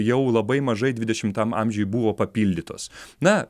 jau labai mažai dvidešimtam amžiuj buvo papildytos na